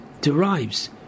derives